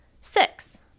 Six